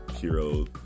hero